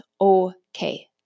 okay